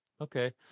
okay